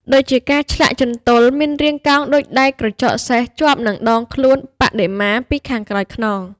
ដូចជាការឆ្លាក់ជន្ទល់មានរាងកោងដូចដែកក្រចកសេះជាប់នឹងដងខ្លួនបដិមាពីខាងក្រោយខ្នង។